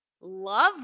love